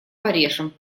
порежем